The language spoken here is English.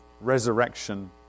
resurrection